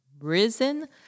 Risen